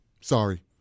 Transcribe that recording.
sorry